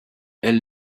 elle